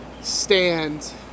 stand